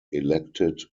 elected